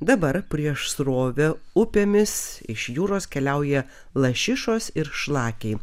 dabar prieš srovę upėmis iš jūros keliauja lašišos ir šlakiai